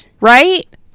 Right